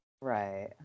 Right